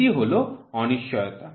এটি হল অনিশ্চয়তা